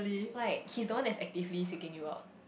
like he's the one actively seeking you out